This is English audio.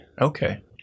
okay